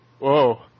Whoa